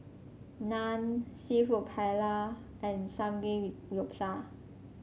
Naan seafood Paella and Samgeyopsal